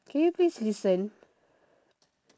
can you please listen